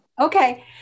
Okay